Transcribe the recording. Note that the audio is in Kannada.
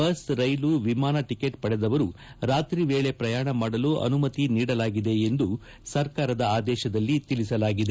ಬಸ್ ರೈಲು ವಿಮಾನ ಟಕೆಟ್ ಪಡೆದವರು ರಾತ್ರಿ ವೇಳೆ ಪ್ರಯಾಣ ಮಾಡಲು ಅನುಮತಿ ನೀಡಲಾಗಿದೆ ಎಂದು ಸರ್ಕಾರದ ಆದೇತದಲ್ಲಿ ತಿಳಿಸಲಾಗಿದೆ